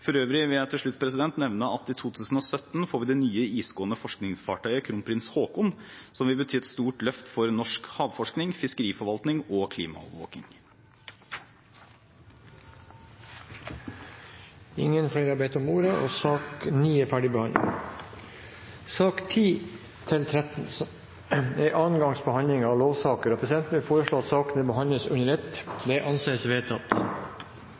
For øvrig vil jeg til slutt nevne at vi i 2017 får det nye isgående forskningsfartøyet «Kronprins Haakon», som vil bety et stort løft for norsk havforskning, fiskeriforvaltning og klimaovervåking. Flere har ikke bedt om ordet til sak nr. 9. Sakene nr. 10–13 er andre gangs behandling av lovsaker, og presidenten vil foreslå at sakene behandles under ett. – Det anses vedtatt.